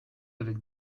avec